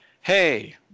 hey